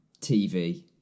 TV